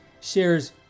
shares